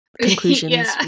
conclusions